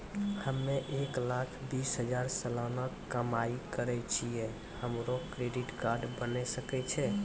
हम्मय एक लाख बीस हजार सलाना कमाई करे छियै, हमरो क्रेडिट कार्ड बने सकय छै?